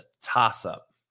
toss-up